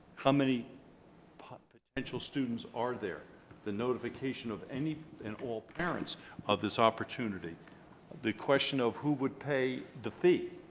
how many potential students are there the notification of any and all parents of this opportunity the question of who would pay the feee.